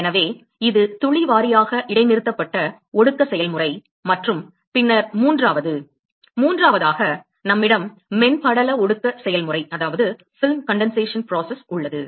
எனவே இது துளி வாரியாக இடைநிறுத்தப்பட்ட ஒடுக்க செயல்முறை மற்றும் பின்னர் மூன்றாவது மூன்றாவதாக நம்மிடம் மென் படல ஒடுக்க செயல்முறை உள்ளது